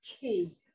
key